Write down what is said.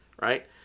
right